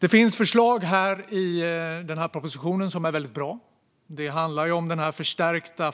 Det finns förslag i propositionen som är väldigt bra. Det handlar om den förstärkta